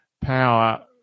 power